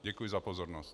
Děkuji za pozornost.